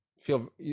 feel